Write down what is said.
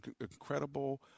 incredible